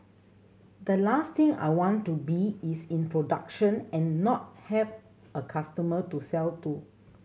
the last thing I want to be is in production and not have a customer to sell to